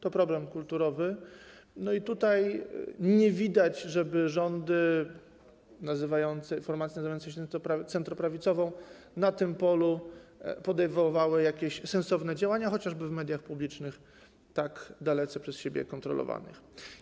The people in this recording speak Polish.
To problem kulturowy i tutaj nie widać, żeby rządy, formacje nazywające się centroprawicowymi na tym polu podejmowały jakieś sensowne działania, chociażby w mediach publicznych, tak dalece przez siebie kontrolowanych.